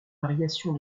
variations